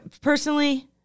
Personally